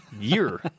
year